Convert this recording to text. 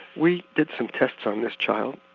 we did some tests on this child,